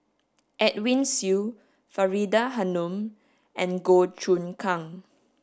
Edwin Siew Faridah Hanum and Goh Choon Kang